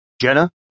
Jenna